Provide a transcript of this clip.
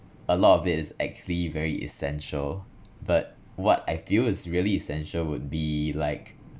a lot of it's actually very essential but what I feel is really essential would be like